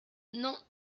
non